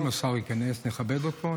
אם השר ייכנס, נכבד אותו.